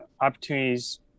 opportunities